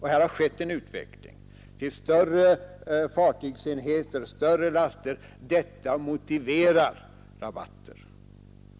Här har skett en utveckling, en utveckling mot större fartygsenheter och större laster. Detta motiverar rabatter.